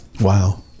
Wow